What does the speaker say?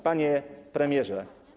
Panie Premierze!